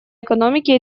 экономики